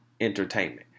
entertainment